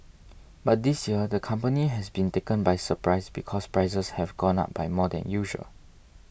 but this year the company has been taken by surprise because prices have gone up by more than usual